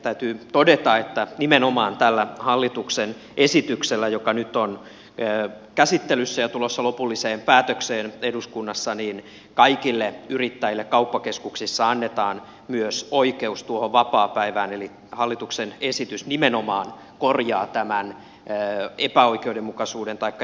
täytyy todeta että nimenomaan tällä hallituksen esityksellä joka nyt on käsittelyssä ja tulossa lopulliseen päätökseen eduskunnassa kaikille yrittäjille kauppakeskuksissa annetaan myös oikeus tuohon vapaapäivään eli hallituksen esitys nimenomaan korjaa tämän epäoikeudenmukaisuuden taikka jaksamiskysymyksen